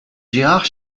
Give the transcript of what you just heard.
gérard